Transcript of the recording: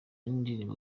n’indirimbo